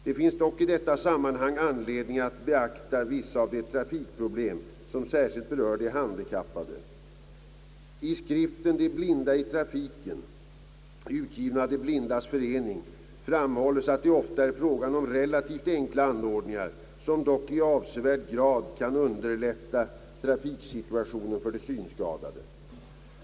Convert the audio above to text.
Det finns dock i det sammanhanget anledning att beakta vissa av de trafikproblem, som särskilt berör de handikappade. I skriften »De blinda i trafiken», utgiven av De blindas förening, framhålls att det ofta är fråga om relativt enkla anordningar, som dock i avsevärd grad kan underlätta trafiksituationen för de synskadade.